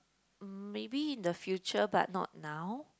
mm maybe in the future but not now